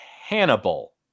Hannibal